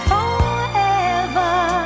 Forever